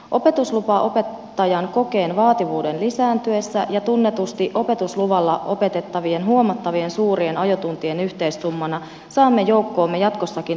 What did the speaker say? opetuslupaopettajan kokeen vaativuuden lisääntyessä ja tunnetusti opetusluvalla opetettavien huomattavan suurien ajotuntien yhteissummana saamme joukkoomme jatkossakin turvallisia kuskeja